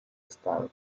estado